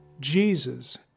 Jesus